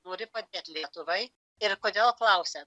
nori padėt lietuvai ir kodėl klausiate